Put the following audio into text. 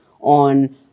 on